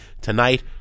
Tonight